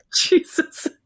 Jesus